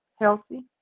healthy